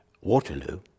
Waterloo